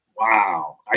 Wow